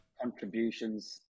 contributions